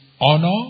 honor